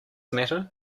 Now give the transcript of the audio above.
matter